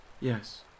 Yes